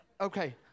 Okay